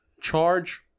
charge